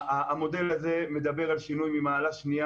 המודל הזה מדבר על שינוי ממעלה שנייה